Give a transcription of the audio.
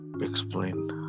explain